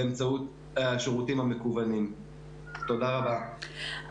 שמצבם הכלכלי היה בכי רע לפני המשבר,